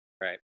Right